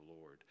Lord